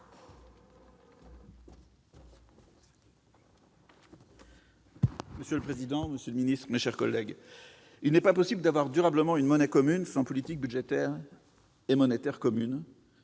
Monsieur le président, monsieur le secrétaire d'État, mes chers collègues, il n'est pas possible d'avoir durablement une monnaie commune sans une politique budgétaire et monétaire commune